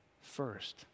first